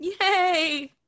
yay